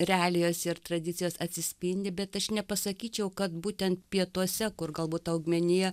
realijos ir tradicijos atsispindi bet aš nepasakyčiau kad būtent pietuose kur galbūt augmenija